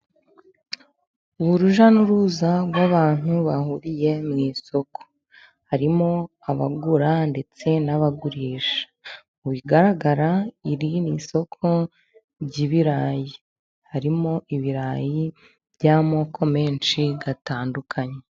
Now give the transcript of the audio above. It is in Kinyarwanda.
Urujya n'uruza rw'abantu bahuriye mu isoko harimo abagura ndetse n'abagurisha mu bigaragara, irindi soko ry'ibirayi harimo ibirayi by'amoko menshi atandukanye.